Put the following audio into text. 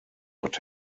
but